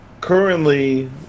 currently